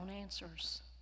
answers